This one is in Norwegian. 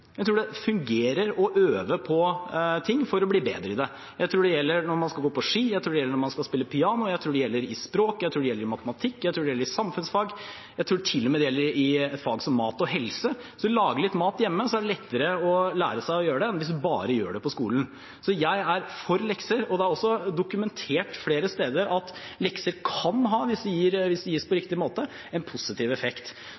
Jeg tror at det fungerer å øve på ting for å bli bedre i det. Jeg tror det gjelder når man skal gå på ski, jeg tror det gjelder når man skal spille piano, jeg tror det gjelder i språk, jeg tror det gjelder i matematikk, jeg tror det gjelder i samfunnsfag – jeg tror til og med det gjelder i et fag som mat og helse. Hvis man lager litt mat hjemme, er det lettere å lære seg å gjøre det enn hvis man bare gjør det på skolen. Så jeg er for lekser, og det er også dokumentert flere steder at lekser,